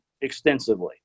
extensively